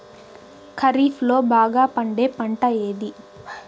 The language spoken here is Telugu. ఖరీఫ్ లో బాగా పండే పంట ఏది?